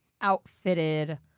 outfitted